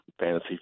fantasy